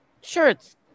shirts